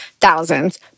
Thousands